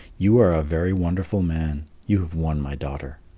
you are a very wonderful man you have won my daughter.